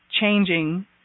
changing